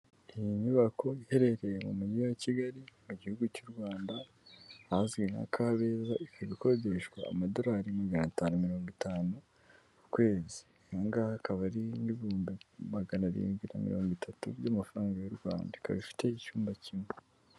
Iyi nyubako iherereye mu mugi wa Kigali, mu gihugu cy'u Rwanda, ahazwi nka Kabeza, ikaba ikodeshwa amadorari magana atanu mirongo itanu, ku kwezi ayangaya akaba ari nk'ibihumbi magana arindwi na mirongo itatu, by'amafaranga y'u Rwanda ikaba ifite icyumba kimwe.